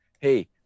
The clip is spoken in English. hey